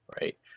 right